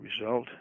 result